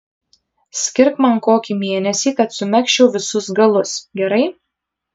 skirk man kokį mėnesį kad sumegzčiau visus galus gerai